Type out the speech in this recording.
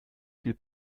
viel